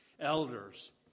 elders